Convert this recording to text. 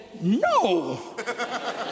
no